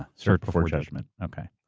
cert before judgment, okay.